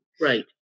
right